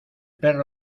perro